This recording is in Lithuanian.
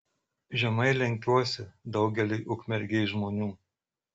žemai lenkiuosi daugeliui ukmergės žmonių